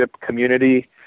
community